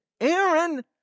Aaron